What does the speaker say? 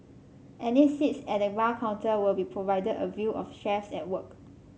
any seats at the bar counter will be provided a view of chefs at work